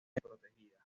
protegida